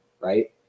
right